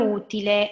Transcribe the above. utile